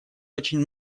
очень